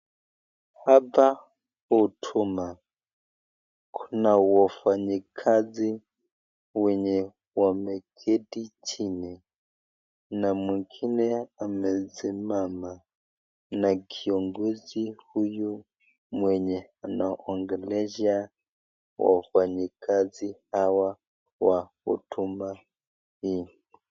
Hapa huduma kuna wafanyikazi wenye wameketi chini na mwingine amesimama na kiongozi huyu mwenye anaongelesha wafanyikazi hawa wa huduma hii.